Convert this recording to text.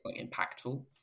impactful